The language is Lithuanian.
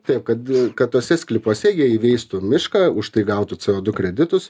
taip kad kad tuose sklypuose jie įveistų mišką už tai gautų co du kreditus